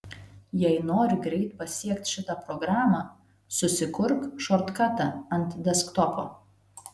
jei nori greit pasiekt šitą programą susikurk šortkatą ant desktopo